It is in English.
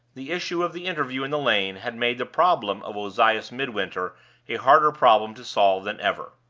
the issue of the interview in the lane had made the problem of ozias midwinter a harder problem to solve than ever.